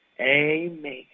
Amen